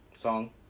Song